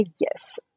Yes